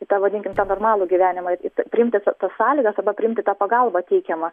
į tą vadinkim tą normalų gyvenimą priimti tas sąlygas arba priimti tą pagalbą teikiamą